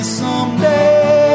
someday